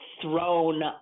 thrown